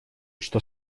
что